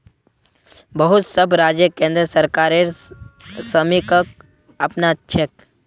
बहुत सब राज्य केंद्र सरकारेर स्कीमक अपनाछेक